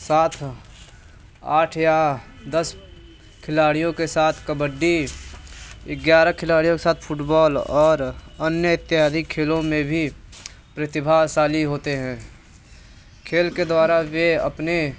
साथ आठ या दस खिलाड़ियों के साथ कबड्डी ग्यारह खिलाड़ियों के साथ फुटबॉल और अन्य इत्यादि खेलों में भी प्रतिभाशाली होते हैं खेल के द्वारा वे अपने